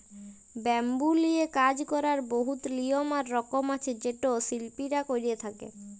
bamboo লিয়ে কাজ ক্যরার বহুত লিয়ম আর রকম আছে যেট শিল্পীরা ক্যরে থ্যকে